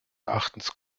erachtens